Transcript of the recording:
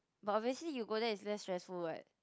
but obviously if you go there it's less stressful what